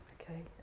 Okay